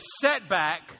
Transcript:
setback